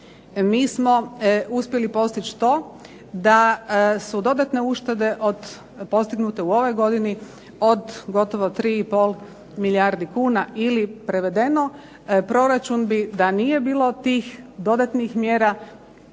mi smo uspjeli postići to da su dodatne uštede od, postignute u ovoj godini od gotovo tri i pol milijardi kuna ili prevedeno. Proračun bi da nije bilo tih dodatnih mjera